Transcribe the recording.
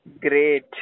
great